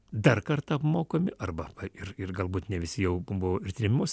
dar kartą apmokami arba ir ir galbūt ne visi jau buvo ir tyrimus